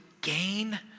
gain